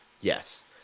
Yes